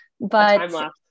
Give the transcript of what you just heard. But-